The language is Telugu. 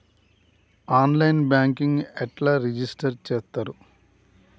ఆన్ లైన్ బ్యాంకింగ్ ఎట్లా రిజిష్టర్ చేత్తరు?